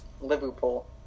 Liverpool